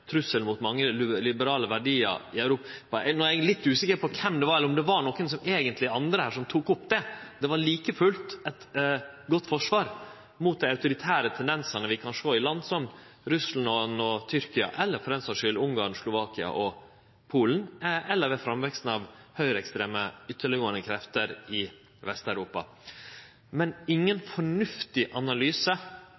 trusselen mot mange liberale verdiar i Europa. No er eg litt usikker på kven det var, om det eigentleg var andre her som tok opp det, men det var like fullt eit godt forsvar mot dei autoritære tendensane vi kan sjå i land som Russland og Tyrkia, eller for den saks skuld Ungarn, Slovakia og Polen, eller ved framveksten av høgreekstreme, ytterleggåande krefter i Vest-Europa. Men ingen